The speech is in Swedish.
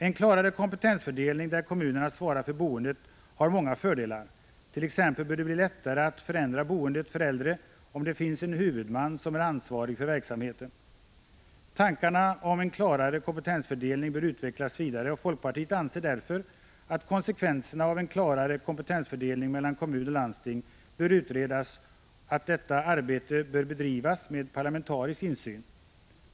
En klarare kompetensfördelning, där kommunerna svarar för boendet, har många fördelar. T. ex. bör det bli lättare att förändra boendet för äldre om det finns en huvudman som är ansvarig för verksamheten. Tankarna på en klarare kompetensfördelning bör utvecklas vidare, och folkpartiet anser därför att konsekvenserna av en klarare kompetensfördelning mellan kommun och landsting bör utredas och att detta arbete bör bedrivas med parlamentarisk insyn.